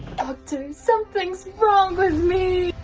doctor, something's wrong with me!